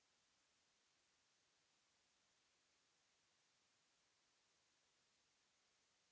Merci